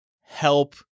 help